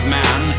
man